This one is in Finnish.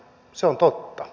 se on totta